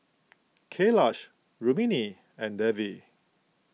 Kailash Rukmini and Devi